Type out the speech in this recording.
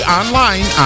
online